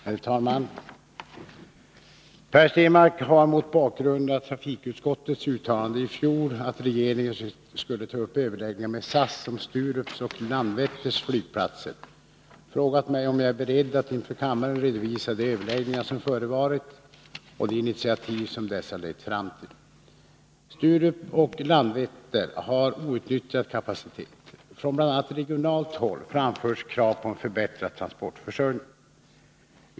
Herr talman! Per Stenmarck har, mot bakgrund av trafikutskottets uttalande i fjol att regeringen skulle ta upp överläggningar med SAS om Sturups och Landvetters flygplatser, frågat mig om jag är beredd att inför kammaren redovisa de överläggningar som förevarit och de initiativ som dessa lett fram till. Sturup och Landvetter har outnyttjad kapacitet. Från bl.a. regionalt håll framförs krav på en förbättrad transportförsörjning.